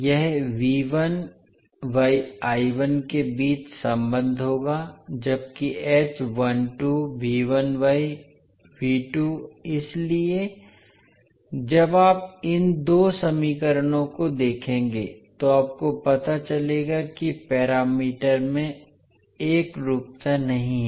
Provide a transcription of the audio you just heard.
यह के बीच संबंध होगा जबकि इसलिए जब आप इन दो समीकरणों को देखेंगे तो आपको पता चलेगा कि पैरामीटर में एकरूपता नहीं है